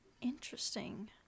Interesting